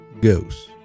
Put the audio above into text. ghosts